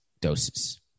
doses